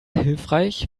hilfreich